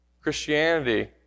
Christianity